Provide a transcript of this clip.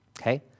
okay